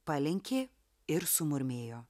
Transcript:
palenkė ir sumurmėjo